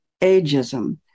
ageism